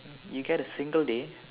you get a single day